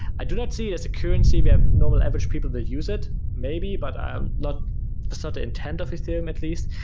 i do not see as a currency, we have normal average people that use it maybe, but i'm not that's not the intend of ethereum at least,